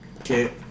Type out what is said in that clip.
Okay